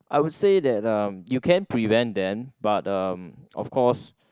I would said that uh you can prevent them but uh of course